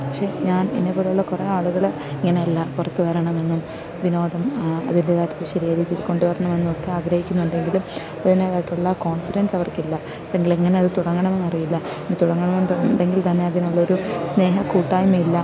പക്ഷെ ഞാൻ എന്നെപ്പോലെയുള്ള കുറേ ആളുകൾ ഇങ്ങനെയല്ല പുറത്തു വരണമെന്നും വിനോദം അതിൻ്റേതായിട്ടുള്ള ശരിയായ രീതിയിൽ കൊണ്ടു വരണമെന്നൊക്കെ ആഗ്രഹിക്കുന്നുണ്ടെങ്കിലും അതിൻറ്റേതായിട്ടുള്ള കോൺഫിഡൻസവർക്കില്ല എങ്കിലും ഞാനത് തുടങ്ങണമെന്നറിയില്ല ഇനി തുടങ്ങണമെന്നുണ്ടെങ്കിൽത്തന്നെ അതിനുള്ളൊരു സ്നേഹക്കൂട്ടായ്മയില്ല